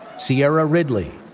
sierra ridley.